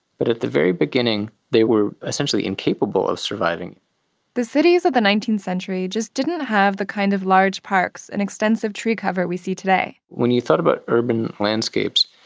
but at the very beginning, they were essentially incapable of surviving the cities of the nineteenth century just didn't have the kind of large parks and extensive tree cover we see today when you thought about urban landscapes,